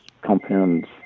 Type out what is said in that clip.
compounds